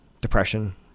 Depression